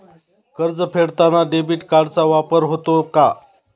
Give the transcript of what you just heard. कर्ज फेडताना डेबिट कार्डचा वापर होतो का?